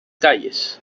calles